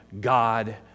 God